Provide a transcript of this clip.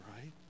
right